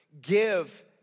give